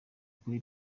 kuri